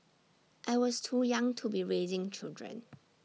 I was too young to be raising children